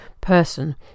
person